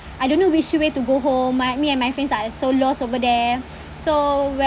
I don't know which way to go home my me and my friends are so lost over there so where